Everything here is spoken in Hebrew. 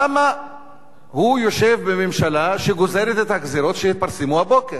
למה הוא יושב בממשלה שגוזרת את הגזירות שהתפרסמו הבוקר.